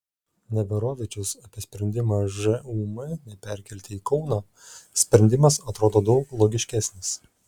neverovičius apie sprendimą žūm neperkelti į kauną sprendimas atrodo daug logiškesnis